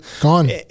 Gone